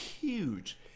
Huge